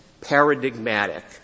paradigmatic